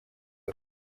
ist